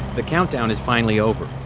the countdown is finally over.